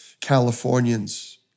Californians